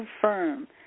confirm